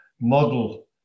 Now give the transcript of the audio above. model